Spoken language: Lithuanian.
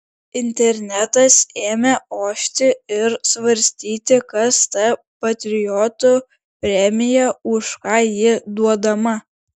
internetas ėmė ošti ir svarstyti kas ta patriotų premija už ką ji duodama